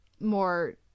more